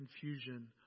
confusion